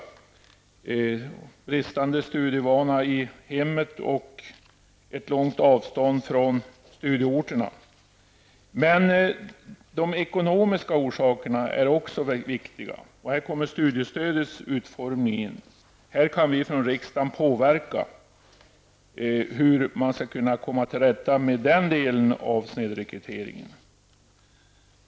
Det kan gälla bristande studievana i hemmet och ett långt avstånd till studieorterna. De ekonomiska orsakerna är emellertid också viktiga. Här kommer studiestödets utformning in, och vi i riksdagen kan påverka hur man skall komma till rätta med den delen av snedrekryteringen.